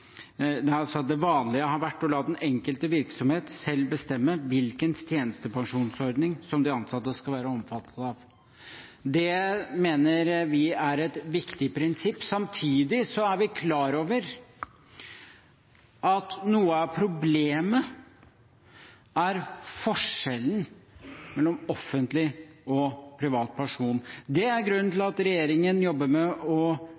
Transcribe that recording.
vanlige har vært å la den enkelte virksomhet selv bestemme hvilken tjenestepensjonsordning de ansatte skal være omfattet av. Det mener vi er et viktig prinsipp. Samtidig er vi klar over at noe av problemet er forskjellen mellom offentlig og privat pensjon. Det er grunnen til at regjeringen jobber med å